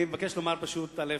אני מבקש לומר, א.